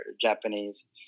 Japanese